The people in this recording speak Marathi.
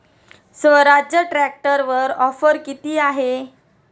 स्वराज्य ट्रॅक्टरवर ऑफर किती आहे?